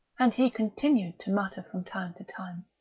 and he continued to mutter from time to time,